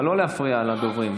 אבל לא להפריע לדוברים.